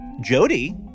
Jody